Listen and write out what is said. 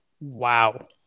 wow